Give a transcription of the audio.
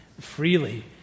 freely